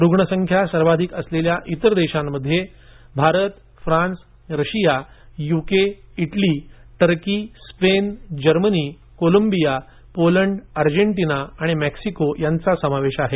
रुग्णसंख्या सर्वाधिक असलेल्या इतर देशांमध्ये Bharat France Russia UK Italy Turkey Spain Germany Colombia Poland Argentina आणि मेक्सिको यांचा समावेश आहे